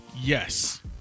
Yes